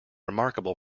remarkable